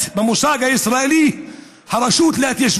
תחבורה ציבורית, אין תחבורה